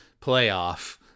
playoff